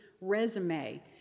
resume